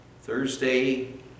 Thursday